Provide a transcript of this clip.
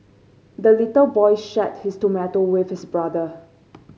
the little boy shared his tomato with his brother